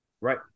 Right